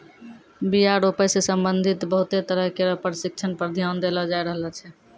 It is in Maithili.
बीया रोपै सें संबंधित बहुते तरह केरो परशिक्षण पर ध्यान देलो जाय रहलो छै